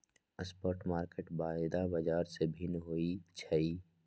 spot market वायदा बाजार से भिन्न होइ छइ